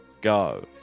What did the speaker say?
Go